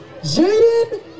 Jaden